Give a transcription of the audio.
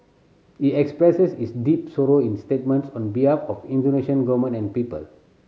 he expresses his deep sorrow in statements on behalf of Indonesian Government and people